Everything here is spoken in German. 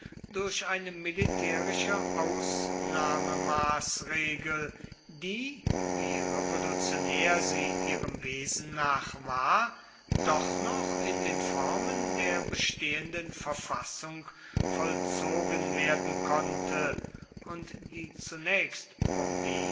durch eine militärische ausnahmemaßregel die wie revolutionär sie ihrem wesen nach war doch noch in den formen der bestehenden verfassung vollzogen werden konnte und die zunächst